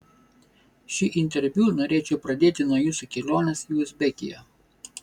šį interviu norėčiau pradėti nuo jūsų kelionės į uzbekiją